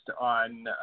on